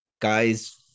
guys